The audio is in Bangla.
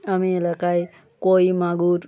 আমি এলাকায় কৈ মাগুর